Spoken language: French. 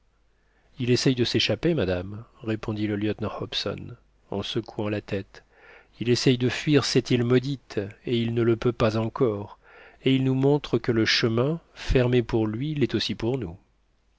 il essaie de s'échapper madame répondit le lieutenant hobson en secouant la tête il essaie de fuir cette île maudite et il ne le peut pas encore et il nous montre que le chemin fermé pour lui l'est aussi pour nous